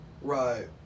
Right